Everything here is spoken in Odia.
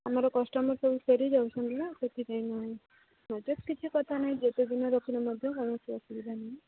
ଆମର କଷ୍ଟମର୍ ସବୁ ଫେରି ଯାଉଛନ୍ତି ନାଁ ସେଥିପାଇଁ ମ୍ୟାମ୍ ନଚେତ୍ କିଛି କଥା ନାହିଁ ଯେତେ ଦିନ ରଖିଲେ ମଧ୍ୟ କୌଣସି ଅସୁବିଧା ନାହିଁ